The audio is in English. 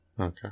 Okay